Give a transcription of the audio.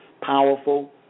powerful